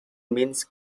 means